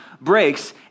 breaks